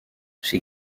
she